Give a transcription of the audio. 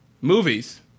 movies